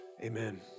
Amen